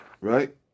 Right